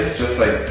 just like